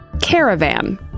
Caravan